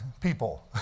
people